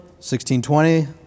1620